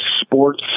sports